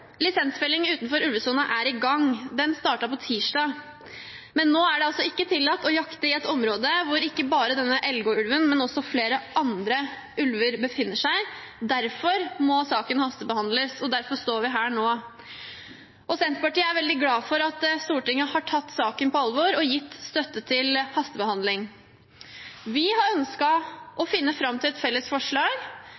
Lisensfelling utenfor ulvesonen er i gang. Den startet på tirsdag. Men nå er det altså ikke tillatt å jakte i et område hvor ikke bare denne Elgå-ulven, men også flere andre ulver befinner seg. Derfor må saken hastebehandles, og derfor står vi her nå. Senterpartiet er veldig glad for at Stortinget har tatt saken på alvor og gitt støtte til hastebehandling. Vi har ønsket å